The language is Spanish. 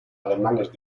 alemanes